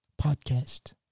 podcast